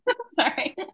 Sorry